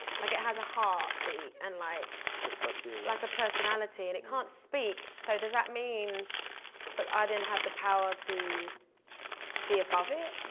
like it has a heartbeat. and like just like you. like a personality. and it can't speak, so does that mean that i then have the power to be above above it?